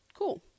Cool